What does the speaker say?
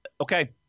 Okay